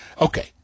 okay